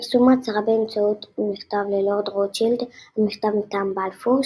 פרסום ההצהרה באמצעות מכתב ללורד רוטשילד המכתב מטעם בלפור,